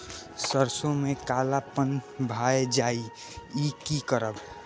सरसों में कालापन भाय जाय इ कि करब?